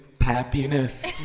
happiness